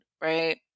right